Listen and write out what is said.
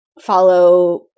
follow